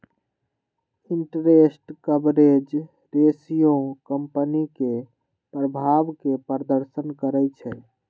interest coverage ratio company के प्रभाव के प्रदर्शन करइ छै